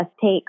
take